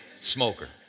smoker